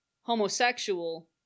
homosexual